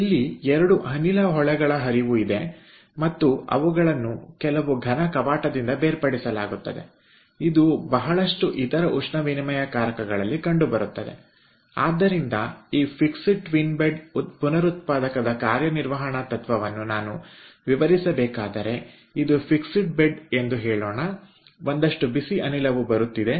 ಇಲ್ಲಿ 2 ಅನಿಲ ಹೊಳೆಗಳ ಹರಿವು ಇದೆ ಮತ್ತು ಅವುಗಳನ್ನು ಕೆಲವು ಘನ ಕವಾಟದಿಂದ ಬೇರ್ಪಡಿಸಲಾಗುತ್ತದೆ ಇದು ಬಹಳಷ್ಟು ಇತರ ಉಷ್ಣವಿನಿಮಯಕಾರಕಗಳಲ್ಲಿ ಕಂಡುಬರುತ್ತದೆ ಆದ್ದರಿಂದ ಈ ಫಿಕ್ಸೆಡ್ ಟ್ವಿನ್ ಬೆಡ್ ಪುನರುತ್ಪಾದಕದ ಕಾರ್ಯನಿರ್ವಹಣ ತತ್ವವನ್ನು ನಾನು ವಿವರಿಸಬೇಕಾದರೆ ಇದು ಫಿಕ್ಸೆಡ್ ಬೆಡ್ ಎಂದು ಹೇಳೋಣ ಒಂದಷ್ಟು ಬಿಸಿ ಅನಿಲವು ಬರುತ್ತಿದೆ